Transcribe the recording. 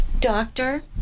doctor